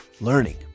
Learning